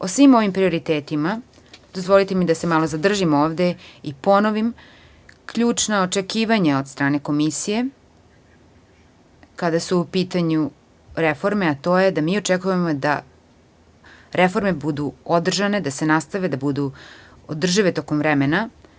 O svim ovim prioritetima, dozvolite mi da se malo zadržim ovde i da ponovim da su ključna očekivanja od strane Komisije, kada su u pitanju reforme, da očekujemo da reforme budu održane, da se nastave, da budu održive tokom vremena.